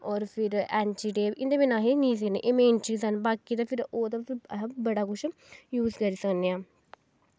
होर फिर ऐंची टेप इं'दे बगैर अस नेईं सीह् सकने एह् ते मेन चीज़ न होर बाकी ते ओह् फिर अस बड़ा किश यूज़ करी सकने